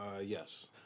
Yes